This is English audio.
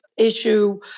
issue